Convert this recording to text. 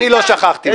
אני לא שכחתי מהם.